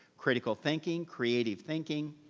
critical thinking, creative thinking,